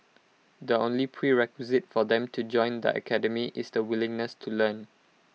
the only prerequisite for them to join the academy is the willingness to learn